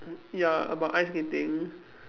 ya about ice skating